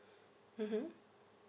mmhmm